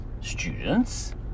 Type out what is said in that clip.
students